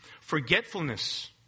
Forgetfulness